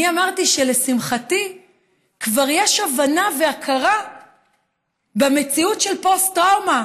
אני אמרתי שלשמחתי כבר יש הבנה והכרה במציאות של פוסט-טראומה